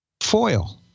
foil